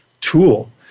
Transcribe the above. tool